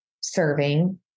serving